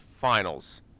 finals